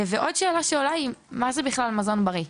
שאלה נוספת שעולה היא ״מה זה בכלל מזון בריא״.